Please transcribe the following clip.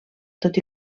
tot